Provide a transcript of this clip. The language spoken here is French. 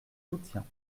soutiens